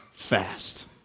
fast